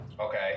Okay